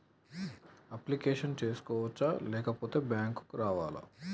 Application చేసుకోవచ్చా లేకపోతే bank రావాలా?